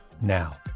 now